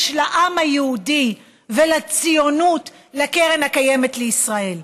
לעם היהודי ולציונות לקרן הקיימת לישראל,